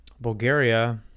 Bulgaria